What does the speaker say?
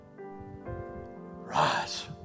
rise